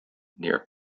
near